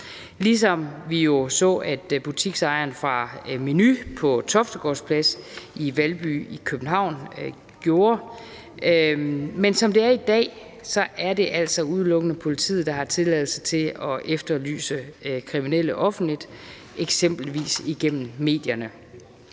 det, vi så at butiksejeren fra Meny på Toftegaards Plads i Valby i København gjorde. Men som det er i dag, er det altså udelukkende politiet, der har tilladelse til at efterlyse kriminelle offentligt, eksempelvis igennem medierne.